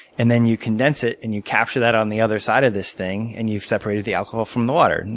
and then, you condense it, and you capture that on the other side of this thing, and you've separated the alcohol from the water.